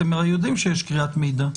הרי אתם יודעים שיש קריאת מידע.